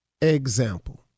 Example